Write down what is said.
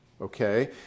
okay